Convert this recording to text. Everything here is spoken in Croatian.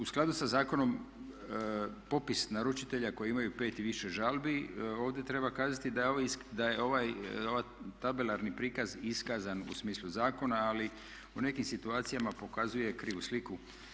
U skladu sa zakonom popis naručitelja koji imaju pet i više žalbi ovdje treba kazati da je ovaj tabelarni prikaz iskazan u smislu zakona, ali u nekim situacijama pokazuje krivu sliku.